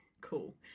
cool